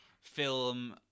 Film